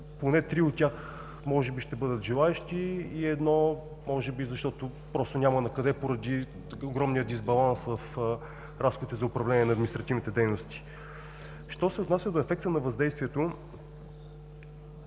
поне три от тях ще бъдат желаещи и едно може би, защото просто няма накъде, поради огромния дисбаланс в разходите за управление на административните дейности. Що се отнася до ефекта на въздействието.